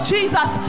Jesus